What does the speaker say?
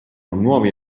nuovi